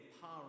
power